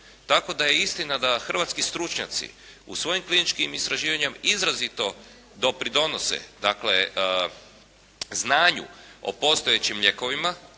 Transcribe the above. tako da je istina da hrvatski stručnjaci u svojim kliničkim istraživanjima izrazito dopridonose, dakle znanju o postojećim lijekovima,